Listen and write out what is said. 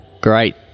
great